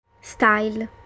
style